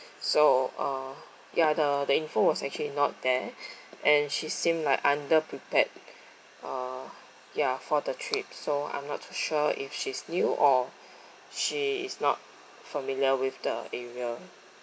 so uh ya the the info was actually not there and she seemed like under prepared uh ya for the trip so I'm not sure if she's new or she is not familiar with the area